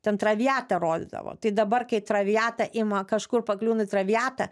ten traviatą rodydavo tai dabar kai traviatą ima kažkur pakliūna į traviatą